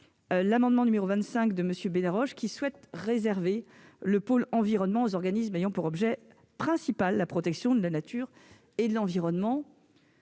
l'amendement n° 25 rectifié, qui vise à réserver le pôle environnemental aux organismes ayant pour objet principal la protection de la nature et de l'environnement,